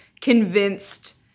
convinced